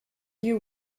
you